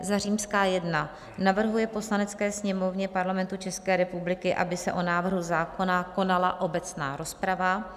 I. navrhuje Poslanecké sněmovně Parlamentu České republiky, aby se o návrhu zákona konala obecná rozprava;